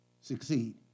succeed